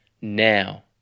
now